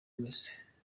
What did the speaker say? wese